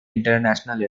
international